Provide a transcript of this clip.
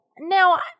Now